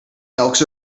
elks